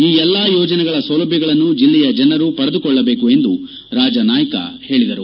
ಈ ಎಲ್ಲ ಯೋಜನೆಗಳ ಸೌಲಭ್ಯಗಳನ್ನು ಜಿಲ್ಲೆಯ ಜನರು ಪಡೆದುಕೊಳ್ಳಬೇಕು ಎಂದು ರಾಜ ನಾಯ್ಗ್ ಹೇಳಿದರು